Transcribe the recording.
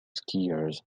skiers